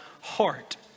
heart